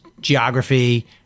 geography